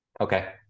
Okay